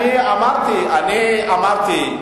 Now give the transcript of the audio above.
אני אמרתי: